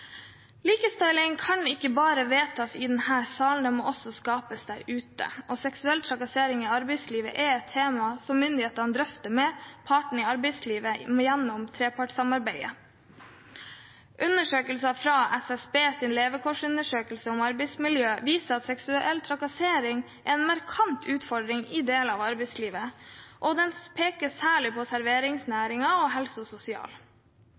Likestilling kan ikke bare vedtas i denne salen, den må også skapes der ute. Seksuell trakassering i arbeidslivet er et tema som myndighetene drøfter med partene i arbeidslivet gjennom trepartssamarbeidet. Tall fra SSBs levekårsundersøkelse om arbeidsmiljø viser at seksuell trakassering er en markant utfordring i deler av arbeidslivet, og den peker særlig på serveringsnæringen og helse og sosial.